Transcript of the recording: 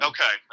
Okay